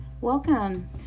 welcome